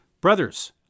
brothers